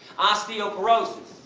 osteoporosis,